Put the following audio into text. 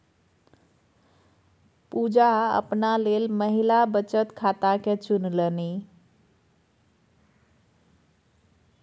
पुजा अपना लेल महिला बचत खाताकेँ चुनलनि